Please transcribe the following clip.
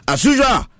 Asuja